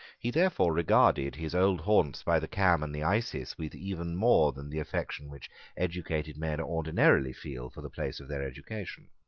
he therefore regarded his old by the cam and the isis with even more than the affection which educated men ordinarily feel for the place of their education.